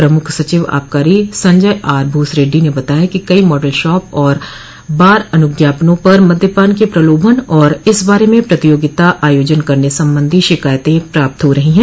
पमुख सचिव आबकारी Sanjay R Bhoosreddy ने बताया कि कई मॉडल शॉप और बार अनुज्ञापनों पर मद्यपान के प्रलोभन और इस बारे में प्रतियोगिता आयोजन करने संबंधी शिकायते प्राप्त हो रही है